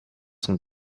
son